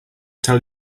tell